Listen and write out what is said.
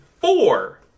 four